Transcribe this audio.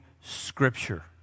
Scripture